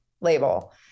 label